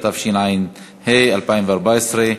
התשע"ה 2014,